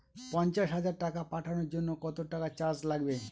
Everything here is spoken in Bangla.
পণ্চাশ হাজার টাকা পাঠানোর জন্য কত টাকা চার্জ লাগবে?